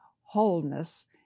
wholeness